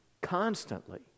constantly